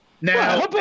Now